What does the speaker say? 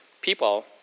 People